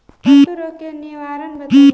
पशु रोग के निवारण बताई?